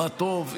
מה טוב,